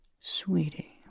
Sweetie